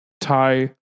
tie